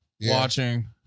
Watching